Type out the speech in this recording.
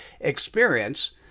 experience